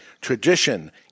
tradition